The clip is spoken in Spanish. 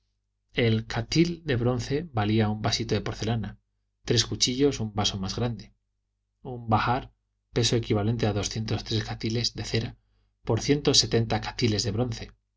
el cathil de bronce valía un vasito de porcelana tres cuchillos un vaso más grande un bahar peso equivalente a doscientos tres cathiles de cera por ciento sesenta cathiles de bronce